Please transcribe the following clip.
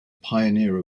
pioneer